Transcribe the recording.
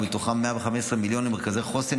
ומתוכם 115 מיליון למרכזי חוסן,